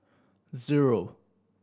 zero